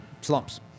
slumps